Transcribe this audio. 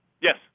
Yes